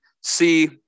see